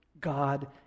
God